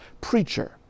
preacher